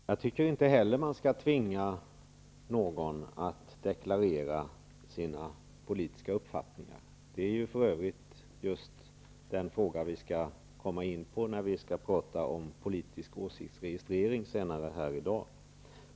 Fru talman! Jag tycker inte heller att man skall tvinga någon att deklarera sin politiska uppfattning. Det är för övrigt den fråga vi skall komma in på när vi skall prata om politisk åsiktsregistrering senare.